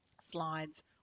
slides